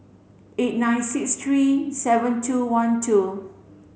eight nine six three seven two one two